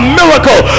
miracle